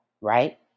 Right